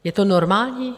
Je to normální?